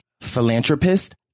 philanthropist